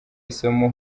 isomo